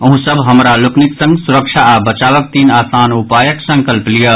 अहूँ सभ हमरा लोकनि संग सुरक्षा आ बचावक तीन आसान उपायक संकल्प लियऽ